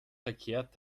verkehrt